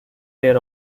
their